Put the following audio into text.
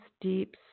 deep